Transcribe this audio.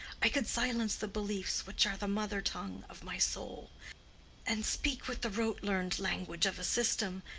i could silence the beliefs which are the mother-tongue of my soul and speak with the rote-learned language of a system,